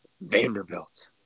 Vanderbilt